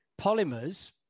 polymers